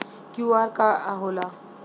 QR का होला?